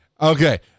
okay